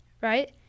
right